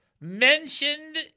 mentioned